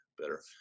better